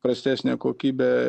prastesnė kokybė